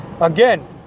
Again